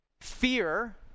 Fear